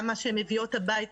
גם מה שהן מביאות הביתה,